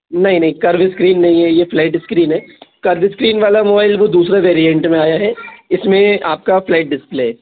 नहीं नहीं curve screen नहीं है ये फ्लैट स्क्रीन है कर्व स्क्रीन वाला मोबाइल वो दूसरे वेरिएंट में आया है इसमें आपका फ्लैट डिस्प्ले है